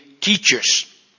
teachers